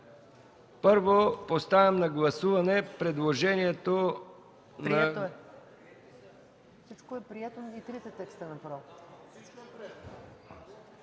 сега поставям на гласуване предложението за